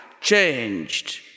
changed